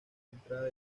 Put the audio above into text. entrada